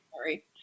sorry